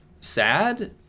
sad